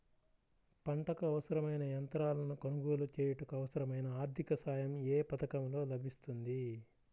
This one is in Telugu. పంటకు అవసరమైన యంత్రాలను కొనగోలు చేయుటకు, అవసరమైన ఆర్థిక సాయం యే పథకంలో లభిస్తుంది?